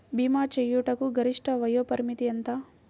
భీమా చేయుటకు గరిష్ట వయోపరిమితి ఎంత?